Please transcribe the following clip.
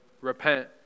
repent